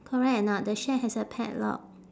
correct or not the shack has a padlock